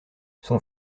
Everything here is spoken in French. son